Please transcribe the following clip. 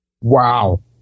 Wow